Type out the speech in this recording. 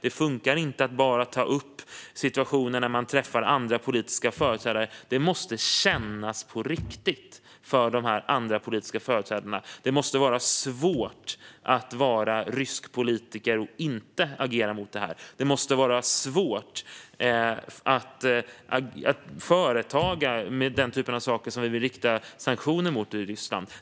Det funkar inte att bara ta upp situationen när man träffar andra politiska företrädare. Det måste kännas på riktigt för de här politiska företrädarna. Det måste vara svårt att vara rysk politiker och inte agera mot det här. Det måste vara svårt att företa sig den typ av saker som vi vill rikta sanktioner mot i Ryssland.